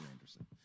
Anderson